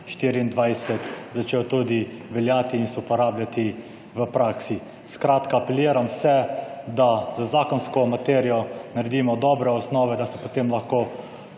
2024 začel veljati in se uporabljati v praksi. Apeliram na vse, da z zakonsko materijo naredimo dobro osnovo, da se potem lahko